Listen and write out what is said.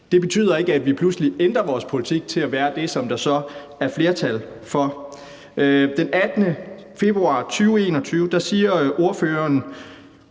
Det betyder ikke, at vi pludselig ændrer vores politik til at være det, som der så er flertal for. Den 18. februar 2021 siger ordføreren: